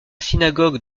synagogue